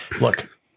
look